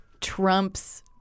Trump's